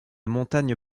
montagne